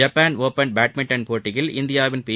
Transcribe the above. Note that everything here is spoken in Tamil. ஜப்பான் ஒபன் பேட்மின்டன் போட்டியில் இந்தியாவின் பி